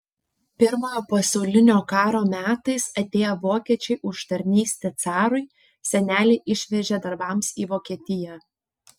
pirmojo pasaulinio karo metais atėję vokiečiai už tarnystę carui senelį išvežė darbams į vokietiją